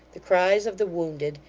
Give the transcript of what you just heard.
the cries of the wounded,